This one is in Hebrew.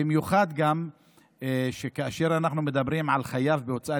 במיוחד שכאשר אנחנו מדברים על חייב בהוצאה